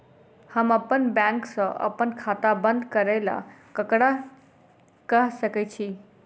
हम अप्पन बैंक सऽ अप्पन खाता बंद करै ला ककरा केह सकाई छी?